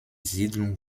siedlung